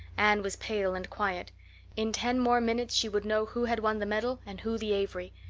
anne was pale and quiet in ten more minutes she would know who had won the medal and who the avery.